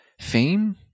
fame